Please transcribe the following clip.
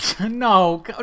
No